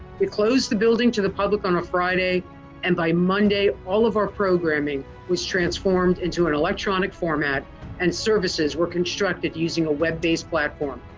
we closed the building to the public on a friday and by monday all of our programming was transformed into an electronic format and services were constructed using a web-based platform.